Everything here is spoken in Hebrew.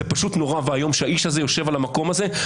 זה פשוט נורא ואיום שהאיש הזה יושב על המקום הזה.